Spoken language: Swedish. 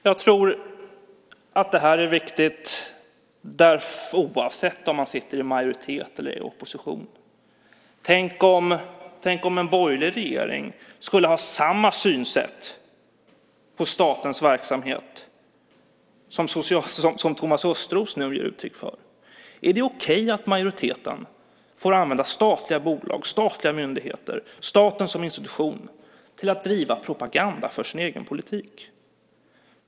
Jag tror att detta är viktigt oavsett om man tillhör majoriteten eller om man är i opposition. Tänk om en borgerlig regering hade samma syn på statens verksamhet som den Thomas Östros nu ger uttryck för! Är det okej att majoriteten får använda statliga bolag och myndigheter och staten som institution till att driva propaganda för sin egen politik?